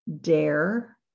Dare